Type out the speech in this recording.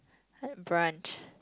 had brunch